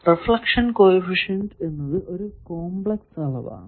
reflection coefficient എന്നത് ഒരു complex അളവാണ്